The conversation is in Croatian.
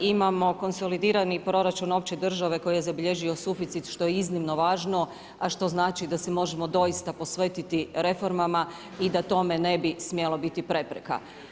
imamo konsolidirani proračun opće države koji je zabilježio suficit, što je iznimno važno, a što znači da se možemo doista posvetiti reformama i da tome ne bi smjelo biti prepreka.